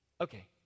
Okay